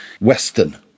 Western